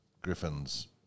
Griffin's